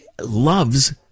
loves